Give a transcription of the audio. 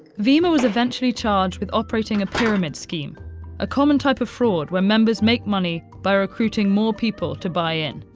vemma was eventually charged with operating a pyramid scheme a common type of fraud where members make money by recruiting more people to buy in.